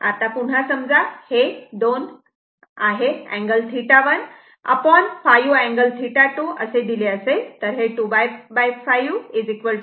आता पुन्हा समजा हे 2 अँगल 1 5 अँगल 2 असे दिले असेल तर हे ⅖ 0